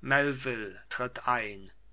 melvil tritt ein